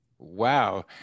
Wow